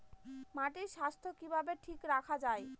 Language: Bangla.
মাটির স্বাস্থ্য কিভাবে ঠিক রাখা যায়?